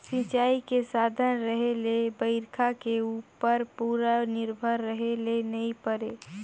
सिंचई के साधन रहें ले बइरखा के उप्पर पूरा निरभर रहे ले नई परे